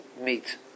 meet